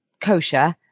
kosher